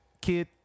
kid